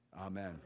Amen